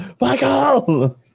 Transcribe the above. Michael